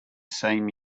same